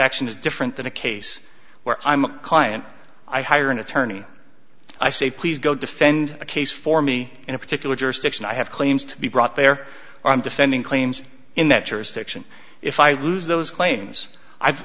action is different than a case where i'm a client i hire an attorney i say please go defend a case for me in a particular jurisdiction i have claims to be brought there i'm defending claims in that jurisdiction if i lose those claims i've